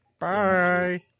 Bye